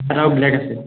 black আছে